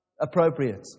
appropriate